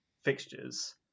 fixtures